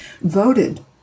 voted